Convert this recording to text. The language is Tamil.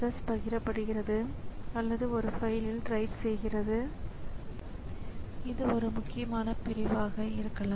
மறுபுறம் பயனாளர் ஒரு மவுஸை நகர்த்தும்போது மவுஸ் அச்சுக்கள் கணினியை அடைய வேண்டும்